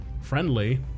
friendly